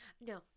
No